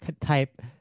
type